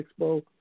expo